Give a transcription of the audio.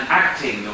acting